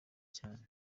cyane